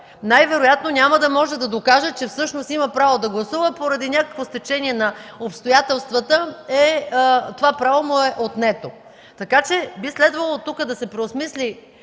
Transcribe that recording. Най-вероятно няма да може да докаже, че има право да гласува, ако поради някакво стечение на обстоятелствата това право му е отнето. Би следвало тук да се преосмисли